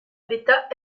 beta